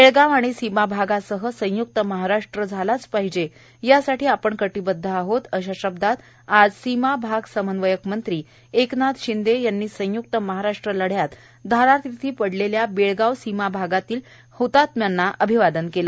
बेळगाव आणि सीमाभागासह संय्क्त महाराष्ट्र झालाच पाहिजे यासाठी आपण कटिबद्ध आहोत अशा शब्दात आज सीमा भाग समन्वयक मंत्री एकनाथ शिंदे यांनी संय्क्त महाराष्ट्र लढ़्यात धारातीर्थी पडलेल्या बेळगाव सीमा भागातल्या हतात्म्यांना अभिवादन केलं